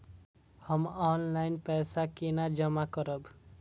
हम ऑनलाइन पैसा केना जमा करब?